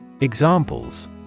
Examples